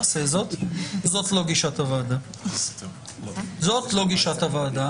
זאת הגישה של הוועדה.